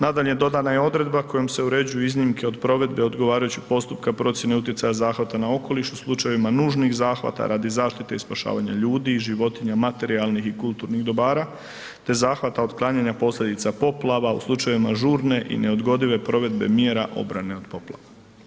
Nadalje, dodana je odredba kojom se uređuju iznimke od provedbe odgovarajućeg postupka procjene utjecaja zahvata na okoliš u slučajevima nužnih zahvata radi zaštite i spašavanja ljudi i životinja, materijalnih i kulturnih dobara te zahvata otklanjanja posljedica poplava u slučajevima žurne i neodgodive provedbe mjera obrane od poplava.